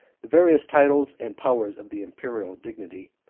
the various titles and powers of the imperial dignity.